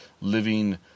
living